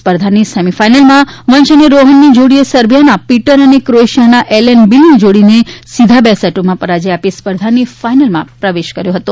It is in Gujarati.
સ્પર્ધાની સેમીફાઇનલમાં વંશ અને રોહનની જોડીએ સર્બિયાના પીટર તથા ક્રોએશિયાના એલેન બીલની જોડીને સીધા બે સેટોમાં પરાજ્ય આપીને સ્પર્ધાની ફાઇનલમાં પ્રવેશ કર્યો હતો